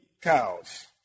cows